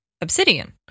Obsidian